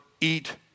eat